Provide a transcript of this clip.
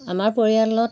আমাৰ পৰিয়ালত